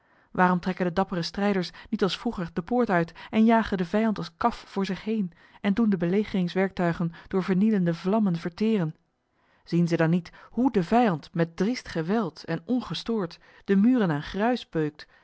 waarom trekken de dappere strijders niet als vroeger de poort uit en jagen den vijand als kaf voor zich heen en doen de belegeringswerktuigen door vernielende vlammen verteren zien zij dan niet hoe de vijand met driest geweld en ongestoord de muren aan